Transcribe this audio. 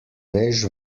veš